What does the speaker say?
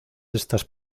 estas